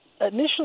Initially